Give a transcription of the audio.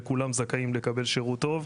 וכולם זכאים לקבל שירות טוב.